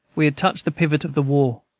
we had touched the pivot of the war.